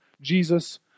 Jesus